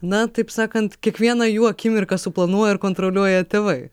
na taip sakant kiekvieną jų akimirką suplanuoja ir kontroliuoja tėvai